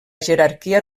jerarquia